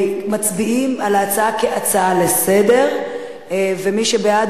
מצביעים על ההצעה כהצעה לסדר-היום ומי שבעד